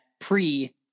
pre